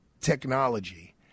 technology